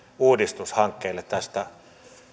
uudistushankkeelle tästä